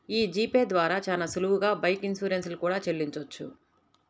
యీ G Pay ద్వారా చానా సులువుగా బైక్ ఇన్సూరెన్స్ లు కూడా చెల్లించొచ్చు